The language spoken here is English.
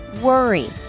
worry